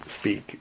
speak